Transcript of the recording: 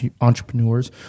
entrepreneurs